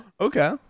Okay